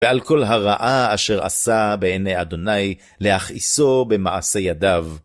ועל כל הרעה אשר עשה בעיני ה' להכעיסו במעשי ידיו.